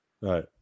Right